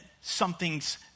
something's